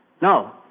No